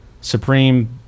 supreme